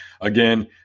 Again